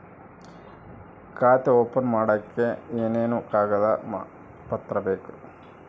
ಖಾತೆ ಓಪನ್ ಮಾಡಕ್ಕೆ ಏನೇನು ಕಾಗದ ಪತ್ರ ಬೇಕು?